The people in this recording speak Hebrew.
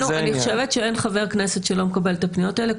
אני חושבת שאין חבר כנסת שלא מקבל את הפניות האלה.